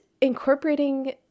incorporating